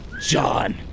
John